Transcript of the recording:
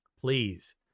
please